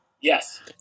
Yes